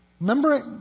Remember